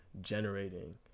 generating